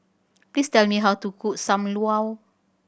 please tell me how to cook Sam Lau